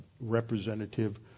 representative